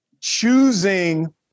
Choosing